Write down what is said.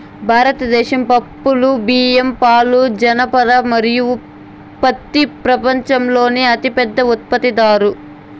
భారతదేశం పప్పులు, బియ్యం, పాలు, జనపనార మరియు పత్తి ప్రపంచంలోనే అతిపెద్ద ఉత్పత్తిదారు